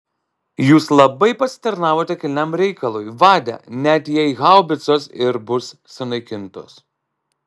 jūs labai pasitarnavote kilniam reikalui vade net jei haubicos ir bus sunaikintos